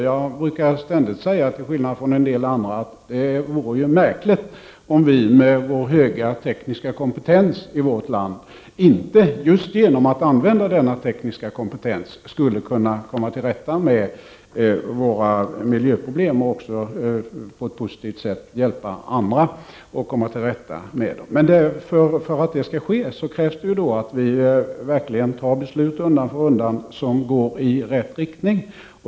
Jag brukar ständigt säga, till skillnad från en del andra, att det vore märkligt om vi i vårt land med vår höga tekniska kompetens inte, just genom att använda denna tekniska kompetens, skulle kunna komma till rätta med våra miljöproblem och på ett positivt sätt kunna hjälpa andra att komma till rätta med sina miljöproblem. För att det skall kunna ske, krävs det att vi verkligen fattar beslut undan för undan som går i rätt riktning.